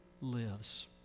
lives